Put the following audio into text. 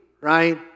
right